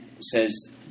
says